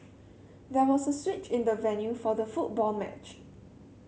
there was a switch in the venue for the football match